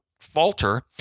falter